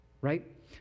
right